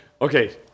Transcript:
Okay